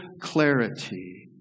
clarity